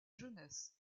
jeunesse